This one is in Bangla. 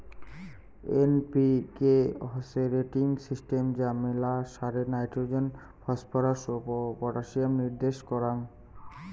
এন.পি.কে হসে রেটিং সিস্টেম যা মেলা সারে নাইট্রোজেন, ফসফরাস ও পটাসিয়ামের নির্দেশ কারাঙ